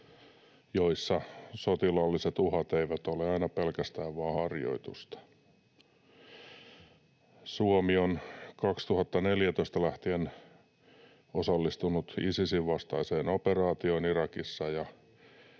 joissa sotilaalliset uhat eivät ole aina pelkästään vain harjoitusta. Suomi on vuodesta 2014 lähtien osallistunut Isisin vastaiseen operaatioon Irakissa.